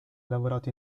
lavorato